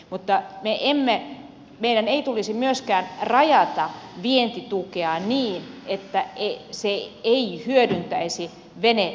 mutta meidän ei tulisi myöskään rajata vientitukea niin että se ei hyödyntäisi veneveistämöitä